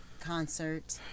concert